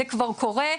זה כבר קורה.